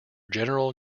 general